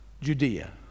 Judea